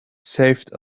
saved